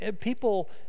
people